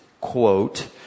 quote